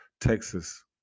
Texas